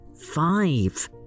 five